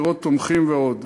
קירות תומכים ועוד.